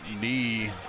knee